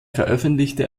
veröffentlichte